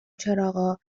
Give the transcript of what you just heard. چراغا